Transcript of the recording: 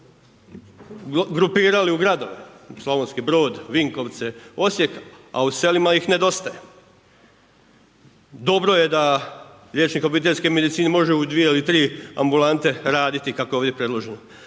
grupirali u gradove, Slavonski Brod, Vinkovce, Osijek, a u selima ih nedostaje. Dobro je da liječnik obiteljske medicine može u 2 ili 3 ambulante raditi kako je ovdje preloženo.